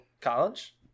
college